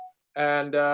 and